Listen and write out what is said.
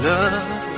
Love